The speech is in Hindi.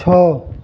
छः